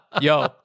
yo